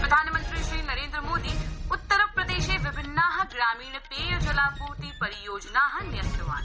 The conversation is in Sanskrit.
प्रधानमन्त्री श्रीनरेन्द्रमोदी उत्तरप्रदेशे विभिन्ना ग्रामीण पेयजलापूर्ति परियोजना न्यस्तवान्